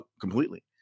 completely